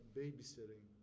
babysitting